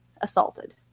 assaulted